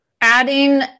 Adding